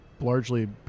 largely